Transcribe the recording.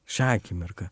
šią akimirką